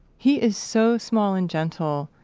he is so small and gentle,